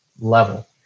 level